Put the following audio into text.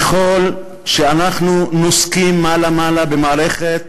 ככל שאנחנו נוסקים מעלה-מעלה במערכת